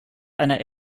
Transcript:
einer